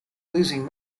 losing